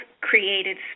created